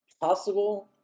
possible